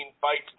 fights